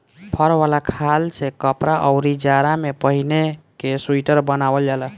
फर वाला खाल से कपड़ा, अउरी जाड़ा में पहिने के सुईटर बनावल जाला